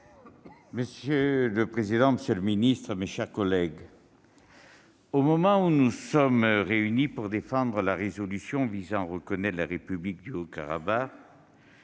Monsieur le président, monsieur le secrétaire d'État, mes chers collègues, au moment où nous sommes réunis pour défendre la résolution visant à reconnaître la République du Haut-Karabagh,